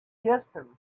distance